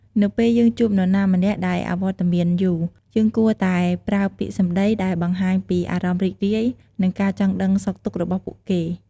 នៅពេលយើងជួបនរណាម្នាក់ដែលអវត្តមានយូរ យើងគួរតែប្រើពាក្យសម្ដីដែលបង្ហាញពីអារម្មណ៍រីករាយ និងការចង់ដឹងសុខទុក្ខរបស់ពួកគេ។